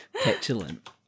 petulant